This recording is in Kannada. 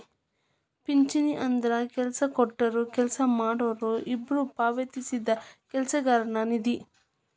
ಪಿಂಚಣಿ ಅಂದ್ರ ಕೆಲ್ಸ ಕೊಟ್ಟೊರು ಕೆಲ್ಸ ಮಾಡೋರು ಇಬ್ಬ್ರು ಪಾವತಿಸಿದ ಕೆಲಸಗಾರನ ನಿಧಿ